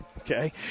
Okay